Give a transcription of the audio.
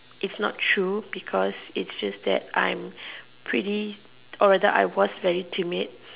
it's not true because its just that I'm pretty oriented I was very timid